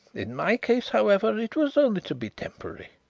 in my case, however, it was only to be temporary.